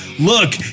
Look